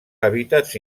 hàbitats